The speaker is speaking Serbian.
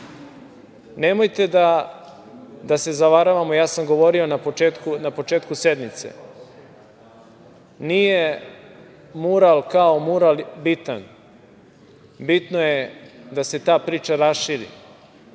sve. Nemojte da se zavaravamo, ja sam govorio na početku sednice, nije mural kao mural bitan, bitno je da se ta priča raširi